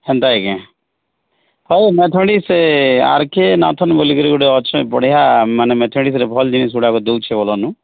ହେନ୍ତା କି ହୋଉ ମ୍ୟାଥମେଟିକ୍ସ ଆର କେ ନାଥଲ ବୋଲି କରି ଗୁଟେ ଅଛି ବଢ଼ିଆ ମାନେ ମ୍ୟାଥମେଟିକ୍ସରେ ଭଲ ଜିନିଷ ଗୁଡ଼ାକ ଦୋଉଛେ ବୋଲ ନୁ